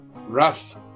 rough